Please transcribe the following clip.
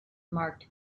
marked